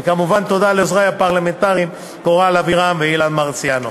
וכמובן תודה לעוזרי הפרלמנטריים קורל אבירם ואילן מרסיאנו.